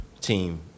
team